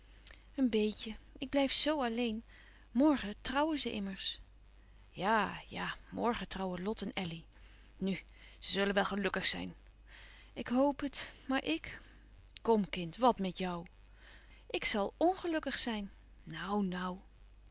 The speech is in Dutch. een beetje ik blijf zoo alleen morgen trouwen ze immers ja ja morgen trouwen lot en elly nu ze zullen wel gelukkig zijn ik hoop het maar ik kom kind wat met jou ik zal ngelukkig zijn nou nou